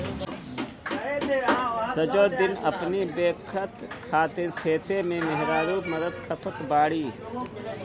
सजो दिन अपनी बेकत खातिर खेते में मेहरारू मरत खपत बाड़ी